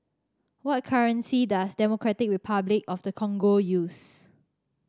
what currency does Democratic Republic of the Congo use